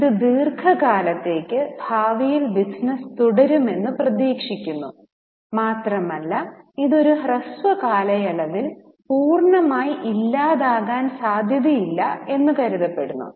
ഇത് ദീർഘകാലത്തേക്ക് ഭാവിയിൽ ബിസിനസ്സ് തുടരുമെന്ന് പ്രതീക്ഷിക്കപ്പെടുന്നു മാത്രമല്ല ഇത് ഒരു ഹ്രസ്വ കാലയളവിൽ പൂർണമായി ഇല്ലാതാകാൻ സാധ്യതയില്ല എന്ന് കരുതപ്പെടുന്നു